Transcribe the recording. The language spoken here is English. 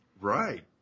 Right